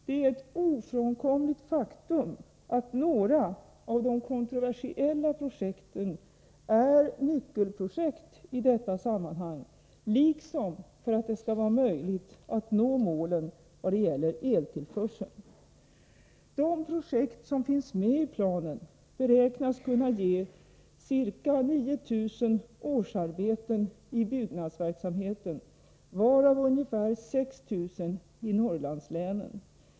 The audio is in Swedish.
Det är ett ofrånkomligt faktum att några av de kontroversiella projekten är nyckelprojekt i detta sammanhang, liksom för att det skall vara möjligt att nå målen vad gäller eltillförsel. De projekt som finns med i planen beräknas kunna ge ca 9 000 årsarbeten i byggnadsverksamheten, varav ungefär 6 000 i Norrlandslänen.